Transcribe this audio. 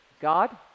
God